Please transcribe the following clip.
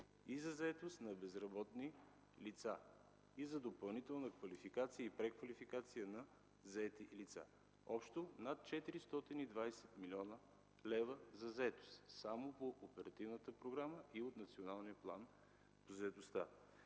и за заетост на безработни лица, и за допълнителна квалификация и преквалификация на заети лица, общо над 420 млн. лв. за заетост само по Оперативната програма и от Националния план по заетостта.